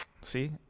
See